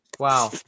Wow